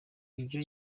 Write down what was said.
ibyo